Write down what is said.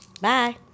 bye